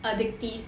addictive